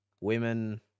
women